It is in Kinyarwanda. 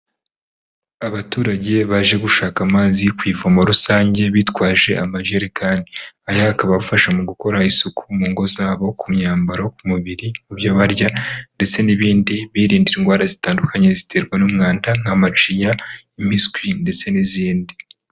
Abaturage baje gushaka amazi ku ivumo rusange bitwaje amajerekani, aya akaba afasha mu gukora isuku mu ngo zabo, ku myambaro, ku mubiri, ku byo barya ndetse n'ibindi birinze indwara zitandukanye ziterwa n'umwanda nka macinya, impiswi ndetse n'izindi.